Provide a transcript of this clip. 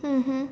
mmhmm